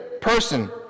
person